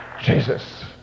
Jesus